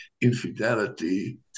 Infidelity